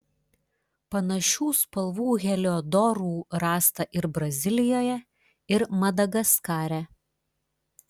panašių spalvų heliodorų rasta ir brazilijoje ir madagaskare